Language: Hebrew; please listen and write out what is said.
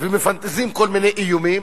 ומפנטזים כל מיני איומים,